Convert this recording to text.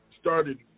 Started